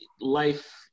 life